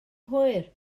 hwyr